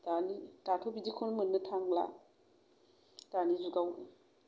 दानि दाथ' बिदिखौनो मोननो थांला दानि जुगाव